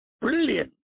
brilliant